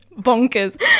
bonkers